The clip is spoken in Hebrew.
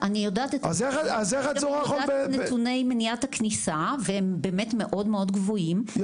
אני יודעת את נתוני מניעת הכניסה והם באמת מאוד מאוד גבוהים,